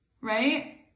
Right